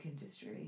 industry